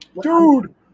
Dude